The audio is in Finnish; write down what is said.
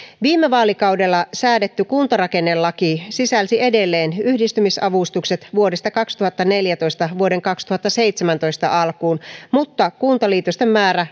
viime vaalikaudella säädetty kuntarakennelaki sisälsi edelleen yhdistymisavustukset vuodesta kaksituhattaneljätoista vuoden kaksituhattaseitsemäntoista alkuun mutta kuntaliitosten määrä